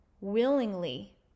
willingly